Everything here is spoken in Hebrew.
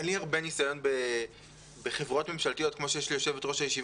אין לי הרבה ניסיון בחברות ממשלתיות כמו שיש ליו"ר הועדה